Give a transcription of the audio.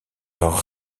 leur